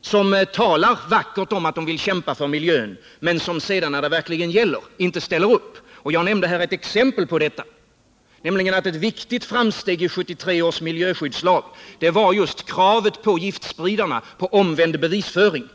som tala vackert om att vi vill kämpa för miljön men som sedan när det verkligen gäller inte ställer upp. Jag nämnde här ett exempel på detta, nämligen att ett viktigt framsteg i 1973 års miljöskyddslag var kravet på giftspridarna, dvs. kravet på omvänd bevisföring.